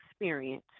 experience